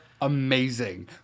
amazing